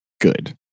good